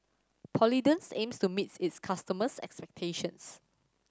Polident aims to meet its customers' expectations